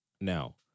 Now